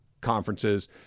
conferences